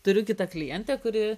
turiu kitą klientę kuri